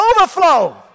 overflow